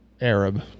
Arab